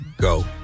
go